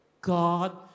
God